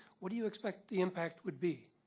what do you expect the impact would be?